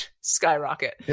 skyrocket